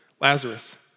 Lazarus